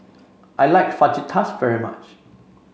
I like Fajitas very much